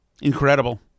Incredible